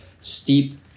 steep